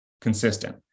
consistent